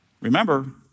Remember